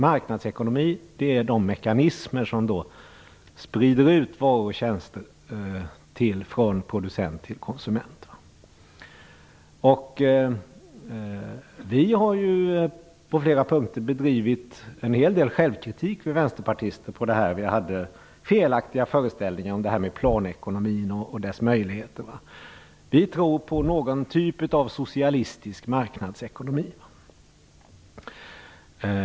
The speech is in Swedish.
Marknadsekonomi är de mekanismer som sprider ut varor och tjänster från producent till konsument. Vi vänsterpartister har ju på flera punkter bedrivit en hel del självkritik. Vi hade felaktiga föreställningar om planekonomin och dess möjligheter. Vi tror på någon typ av socialistisk marknadsekonomi.